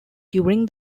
during